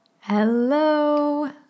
Hello